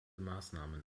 maßnahmen